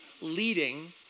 leading